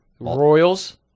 Royals